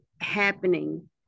happening